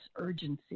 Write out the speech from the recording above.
urgency